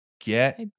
get